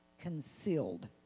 concealed